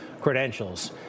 credentials